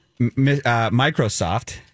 Microsoft